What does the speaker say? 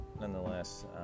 nonetheless